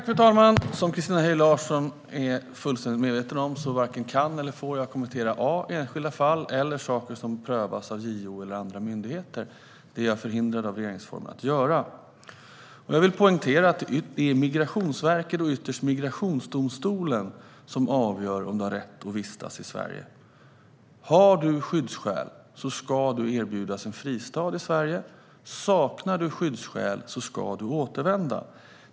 Fru talman! Som Christina Höj Larsen är fullständigt medveten om varken kan eller får jag kommentera enskilda fall eller saker som prövas av JO eller andra myndigheter. Det är jag förhindrad av regeringsformen att göra. Jag vill poängtera att det är Migrationsverket och ytterst migrationsdomstolen som avgör om du har rätt att vistas i Sverige. Har du skyddsskäl ska du erbjudas en fristad i Sverige. Saknar du skyddsskäl ska du återvända.